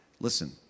Listen